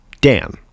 Dan